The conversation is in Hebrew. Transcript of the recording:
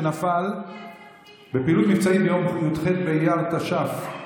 שנפל בפעילות מבצעית ביום י"ח באייר תש"ף,